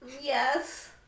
Yes